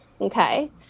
Okay